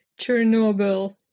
Chernobyl